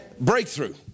Breakthrough